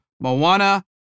Moana